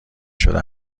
شده